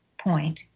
point